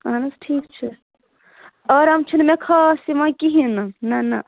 اَہَن حظ ٹھیٖک چھُ آرام چھُنہٕ مےٚ خاص یِوان کِہیٖنٛۍ نہٕ نہَ نہَ